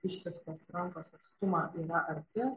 ištiestos rankos atstumą yra arti